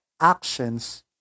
actions